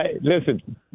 Listen